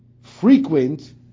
frequent